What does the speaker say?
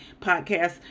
podcast